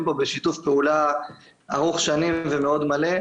בשיתוף פעולה ארוך שנים ומאוד מלא,